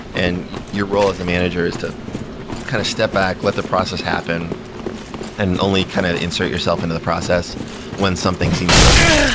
and your role as a manager is to kind of step back, let the process happen and only kind of insert self into the process when something seems broken.